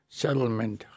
settlement